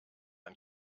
ein